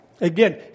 Again